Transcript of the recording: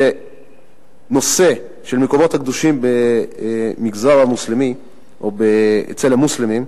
שהנושא של המקומות הקדושים במגזר המוסלמי או אצל המוסלמים,